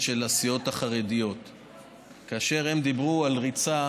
של הסיעות החרדיות כאשר הם דיברו על ריצה